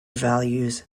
values